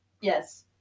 Yes